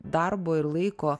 darbo ir laiko